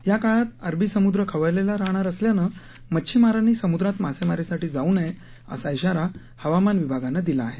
या काळात अरबी समुद्र खवळलेला राहणार असल्यानं मच्छिमारांनी समुद्रात मासेमारीसाठी जाऊ नये असा इशारा हवामान विभागानं दिला आहे